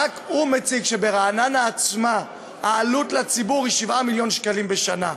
מציג שרק ברעננה עצמה העלות לציבור היא 7 מיליון שקלים בשנה.